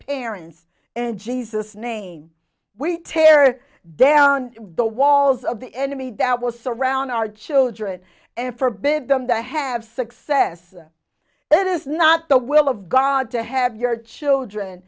parents and jesus name we tear down the walls of the enemy that was around our children and forbid them to have success that is not the will of god to have your children